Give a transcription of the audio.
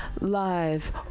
live